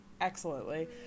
excellently